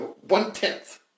One-tenth